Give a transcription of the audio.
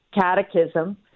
catechism